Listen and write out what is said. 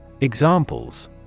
Examples